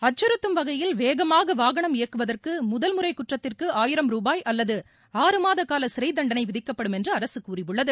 அச்சுறுத்தும் வகையில் வேகமாக வாகனம் இயக்குவதற்கு முதல் முறை குற்றத்திற்கு ஆயிரம் ரூபாய் அல்லது ஆறுமாத கால சிறை தண்டனை விதிக்கப்படும் என்று அரசு கூறியுள்ளது